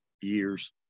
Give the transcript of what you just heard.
years